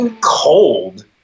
cold